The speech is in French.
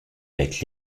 avec